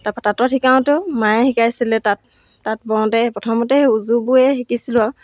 তাৰপৰা তাঁতত শিকাওঁতেও মায়ে শিকাইছিলে তাঁত তাঁত বওঁতে প্ৰথমতে সেই উজুবোৰে শিকিছিলোঁ আও